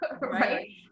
right